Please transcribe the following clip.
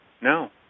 no